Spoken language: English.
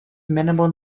minimal